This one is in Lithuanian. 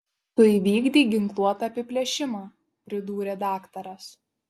tu įvykdei ginkluotą apiplėšimą pridūrė daktaras